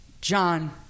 John